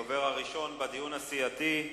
הדובר הראשון בדיון הסיעתי,